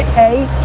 hey,